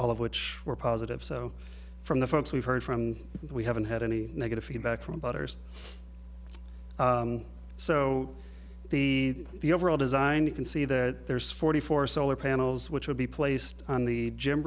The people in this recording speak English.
of which were positive so from the folks we've heard from we haven't had any negative feedback from voters so the the overall design you can see that there's forty four solar panels which would be placed on the gym